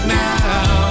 now